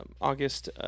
August